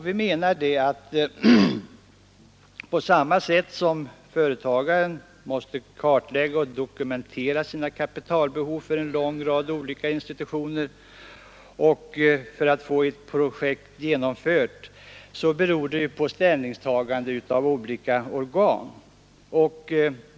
Vi menar att på samma sätt som när företagaren måste kartlägga och dokumentera sina kapitalbehov för en lång rad olika institutioner för att få ett projekt genomfört beror avgörandet här på ställningstaganden av olika organ.